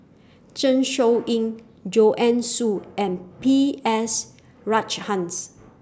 Zeng Shouyin Joanne Soo and B S Rajhans